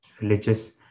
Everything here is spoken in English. religious